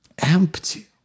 empty